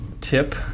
tip